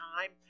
time